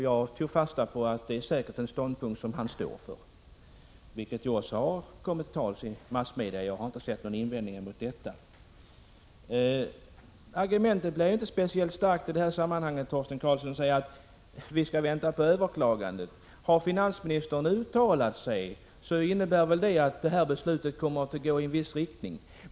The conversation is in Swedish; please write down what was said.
Jag tog fasta på det och tror säkert att det är en ståndpunkt som finansministern står för. Denna ståndpunkt har också kommit till uttryck i massmedia, och jag har inte sett någon invändning. Argumentet att vi skall vänta på resultatet av överklagandet är inte särskilt starkt, Torsten Karlsson. När finansministern har uttalat sig innebär det väl 1 att beslutet kommer att gå i en viss riktning.